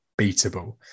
beatable